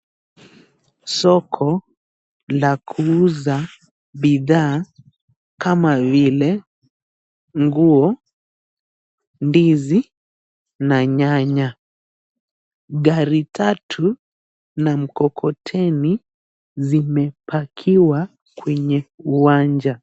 Soko la kuuza bidhaa kama vile nguo, ndizi na nyanya. Gari tatu na mkokoteni zimepakiwa kwenye uwanja.